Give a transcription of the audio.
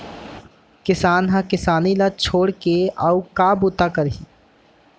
किसान ह किसानी ल छोड़ के अउ का बूता करही